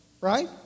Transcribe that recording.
right